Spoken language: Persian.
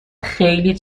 خیلی